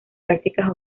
prácticas